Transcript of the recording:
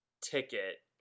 ticket